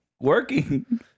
working